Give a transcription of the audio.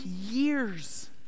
years